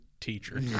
teacher